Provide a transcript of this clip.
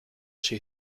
she